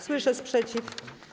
Słyszę sprzeciw.